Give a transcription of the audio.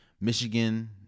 Michigan